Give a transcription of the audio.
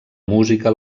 música